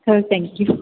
sir thank you